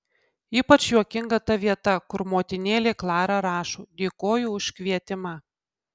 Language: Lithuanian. ypač juokinga ta vieta kur motinėlė klara rašo dėkoju už kvietimą